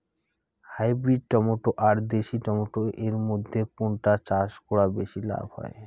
Hybrid tomato আর দেশি tomato এর মইধ্যে কোনটা চাষ করা বেশি লাভ হয়?